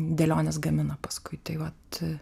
dėliones gamina paskui tai vat